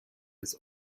his